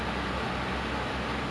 it's like you skyping with strangers